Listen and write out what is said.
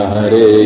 Hare